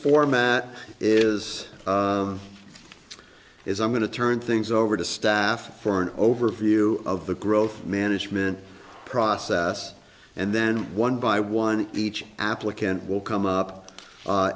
format is is i'm going to turn things over to staff for an overview of the growth management process and then one by one each applicant will come up